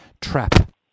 trap